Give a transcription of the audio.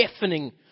deafening